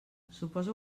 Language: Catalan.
suposo